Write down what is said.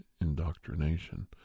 indoctrination